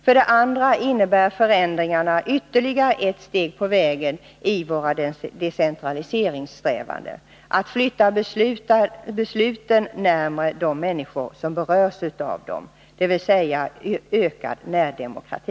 För det andra innebär förändringarna ytterligare ett steg på vägen i våra decentraliseringssträvanden — att flytta besluten närmare de människor som berörs av dem, dvs. ökad närdemokrati.